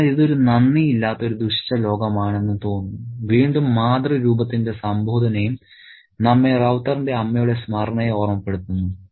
അതിനാൽ ഇത് ഒരു നന്ദി ഇല്ലാത്ത ഒരു ദുഷിച്ച ലോകമാണെന്ന് തോന്നുന്നു വീണ്ടും മാതൃരൂപത്തിന്റെ സംബോധനയും നമ്മെ റൌത്തറിന്റെ അമ്മയുടെ സ്മരണയെ ഓർമ്മപ്പെടുത്തുന്നു